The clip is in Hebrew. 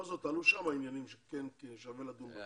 בכל זאת עלו שם עניינים שכן שווה לדון בהם.